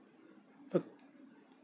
oh